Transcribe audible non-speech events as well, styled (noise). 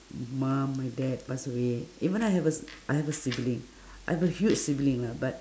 mom my dad pass away even I have a s~ I have a sibling (breath) I have a huge sibling lah but